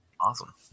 awesome